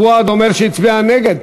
פואד אומר שהצביע נגד.